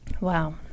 Wow